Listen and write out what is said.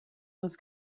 this